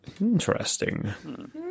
Interesting